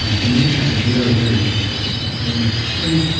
ah dementia is a very, very difficult illness to treat.